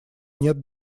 нет